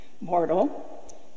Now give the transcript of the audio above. Mortal